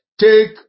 Take